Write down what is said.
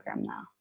now